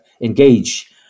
engage